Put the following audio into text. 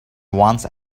once